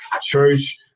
church